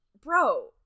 bro